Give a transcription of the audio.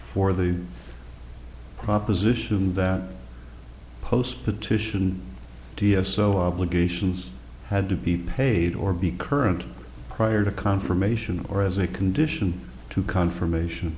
for the proposition that post petition d s o obligations had to be paid or be current prior to confirmation or as a condition to confirmation